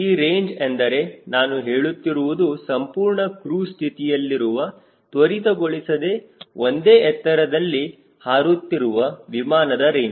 ಈ ರೇಂಜ್ ಎಂದರೆ ನಾನು ಹೇಳುತ್ತಿರುವುದು ಸಂಪೂರ್ಣ ಕ್ರೂಜ್ ಸ್ಥಿತಿಯಲ್ಲಿರುವ ತ್ವರಿತಗೊಳಿಸದೇ ಒಂದೇ ಎತ್ತರದಲ್ಲಿ ಹಾರುತ್ತಿರುವ ವಿಮಾನದ ರೇಂಜ್